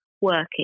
working